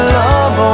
love